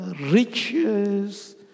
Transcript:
riches